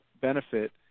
benefit